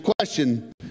question